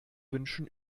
wünschen